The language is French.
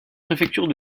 préfecture